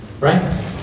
Right